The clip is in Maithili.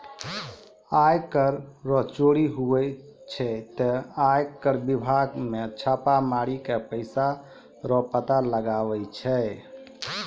आय कर रो चोरी हुवै छै ते आय कर बिभाग मे छापा मारी के पैसा रो पता लगाय छै